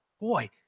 boy